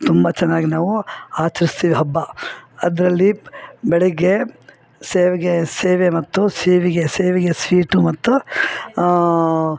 ತುಂಬ ಚೆನ್ನಾಗಿ ನಾವು ಆಚರಿಸ್ತೀವ್ ಹಬ್ಬ ಅದರಲ್ಲಿ ಬೆಳಗ್ಗೆ ಶಾವ್ಗೆ ಸೇವೆ ಮತ್ತು ಶಾವಿಗೆ ಶಾವಿಗೆ ಸ್ವೀಟು ಮತ್ತು ಆಂ